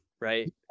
right